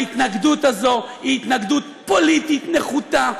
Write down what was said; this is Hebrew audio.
ההתנגדות הזאת היא התנגדות פוליטית נחותה,